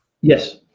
Yes